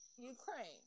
Ukraine